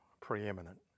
preeminent